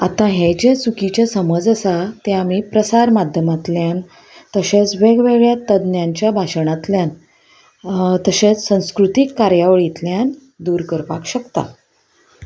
आतां हे जें चुकीचें समज आसा तें आमी प्रसार माध्यमांतल्यान तशेंच वेगवेगळ्या तज्ञच्या भाशणांतल्यान तशेंच संस्कृतीक कार्यावळीतल्यान दूर करपाक शकता